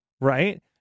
right